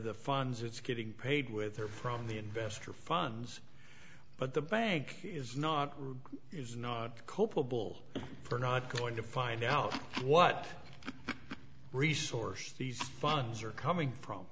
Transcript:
the funds it's getting paid with their from the investor funds but the bank is not is not culpable for not going to find out what resource these funds are coming from